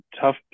tough